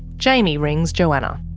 jaimie rings johanna.